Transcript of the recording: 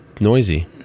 noisy